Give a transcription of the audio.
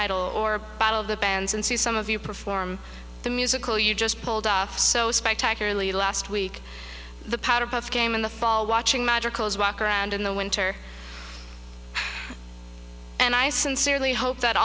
idol or a battle of the bands and see some of you perform the musical you just pulled off so spectacularly last week the powder puff game in the fall watching magical is walk around in the winter and i sincerely hope that